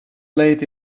laid